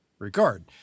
regard